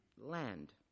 land